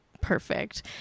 perfect